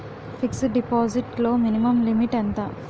Fixed deposit లో minimum limit ఎంత?